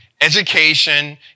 education